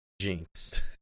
Jinx